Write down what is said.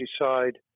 decide